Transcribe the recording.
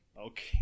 Okay